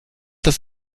das